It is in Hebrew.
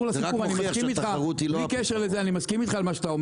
זה רק מוכיח שהתחרות היא לא הפתרון.